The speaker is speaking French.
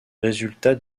résultats